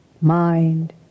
mind